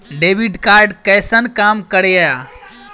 Debit card कैसन काम करेया?